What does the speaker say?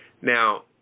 Now